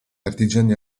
artigiani